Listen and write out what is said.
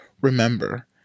Remember